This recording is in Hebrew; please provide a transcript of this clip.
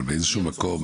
אבל באיזשהו מקום,